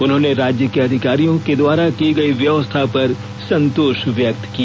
उन्होंने राज्य के अधिकारियों द्वारा की गई व्यवस्था पर संतोष व्यक्त किया